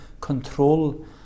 control